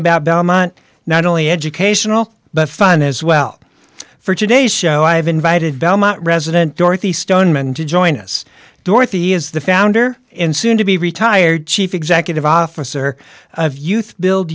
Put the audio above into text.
about belmont not only educational but fun as well for today's show i have invited belmont resident dorothy stoneman to join us dorothy is the founder and soon to be retired chief executive officer of youth build